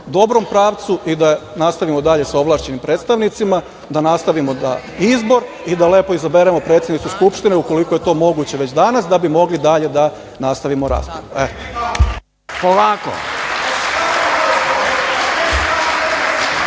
dobrom pravcu i da nastavimo dalje sa ovlašćenim predstavnicima, da nastavimo izbor i da lepo izaberemo predsednicu Skupštine, ukoliko je to moguće, već danas, da bi mogli dalje da nastavimo